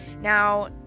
Now